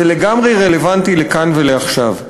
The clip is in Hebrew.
זה לגמרי רלוונטי לכאן ולעכשיו.